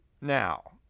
now